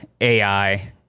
AI